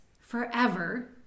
forever